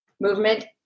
movement